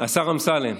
השר אמסלם,